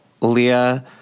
Leah